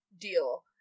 deal